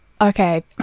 Okay